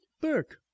burke